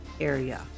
area